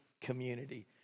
community